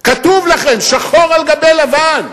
כתוב לכם שחור על גבי לבן,